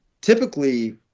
typically